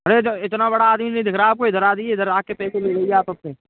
अरे जो इतना बड़ा आदमी नहीं दिख रहा आपको इधर आजाइए इधर आके पैसे ले लीजिए आप अपने